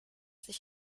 sich